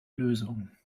lösungen